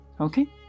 Okay